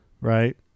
right